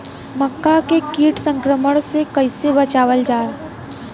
मक्का के कीट संक्रमण से कइसे बचावल जा?